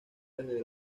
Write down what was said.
desde